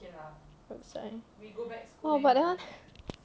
that's why !wah! but that one